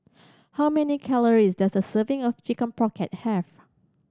how many calories does a serving of Chicken Pocket have